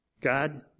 God